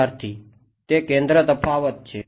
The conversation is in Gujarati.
વિદ્યાર્થી તે કેન્દ્ર તફાવત છે